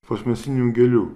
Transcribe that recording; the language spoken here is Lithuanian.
plastmasinių gėlių